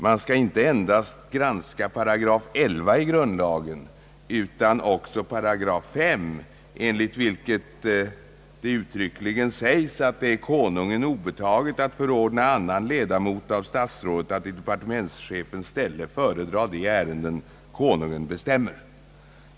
Man skall inte endast granska 811 i grundlagen utan också § 5, enligt vilken det uttryckligen säges, att det är »Konungen obetaget att förordna annan ledamot av statsrådet att i departementschefens ställe föredraga de ärenden, Konungen bestämmer».